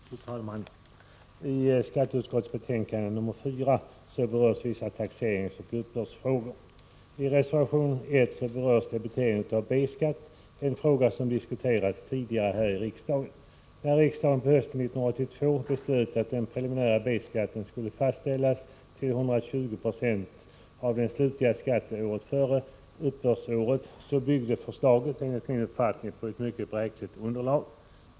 Fru talman! I skatteutskottets betänkande 1984/85:4 berörs vissa taxeringsoch uppbördsfrågor. I reservation 1 berörs debitering av B-skatt, en fråga som diskuterats tidigare här i riksdagen. När riksdagen på hösten 1982 beslöt att den preliminära B-skatten skulle fastställas till 120 96 av den slutliga skatten året före uppbördsåret, byggde det förslaget, enligt min uppfattning, på ett mycket bräckligt underlag.